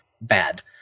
bad